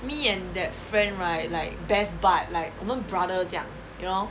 me and that friend right like best bud like 我们 brother 这样